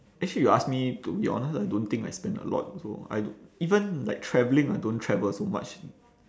actually you ask me to be honest I don't think I spend a lot also I even like travelling I don't travel so much